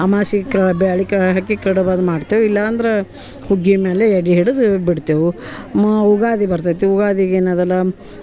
ಅಮಾಸೆಕ ಬ್ಯಾಳೆ ಕ ಹಾಕಿ ಕಡಬದು ಮಾಡ್ತೇವೆ ಇಲ್ಲ ಅಂದ್ರೆ ಹುಗ್ಗಿ ಮೇಲೆ ಎಡೆ ಹಿಡದು ಬಿಡ್ತೇವೆ ಯುಗಾದಿ ಬರ್ತೈತಿ ಯುಗಾದಿಗೆ ಏನದಲ್ಲ